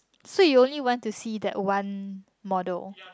so you only want to see that one model